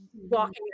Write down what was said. walking